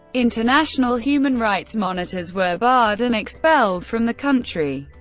international human rights monitors were barred and expelled from the country.